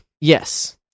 Yes